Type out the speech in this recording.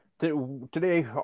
today